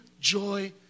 joy